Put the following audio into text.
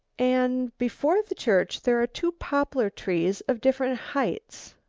and before the church there are two poplar trees of different heights.